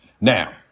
Now